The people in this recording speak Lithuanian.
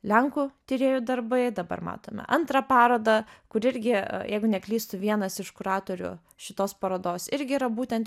lenkų tyrėjų darbai dabar matome antrą parodą kur irgi jeigu neklystu vienas iš kuratorių šitos parodos irgi yra būtent